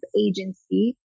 agency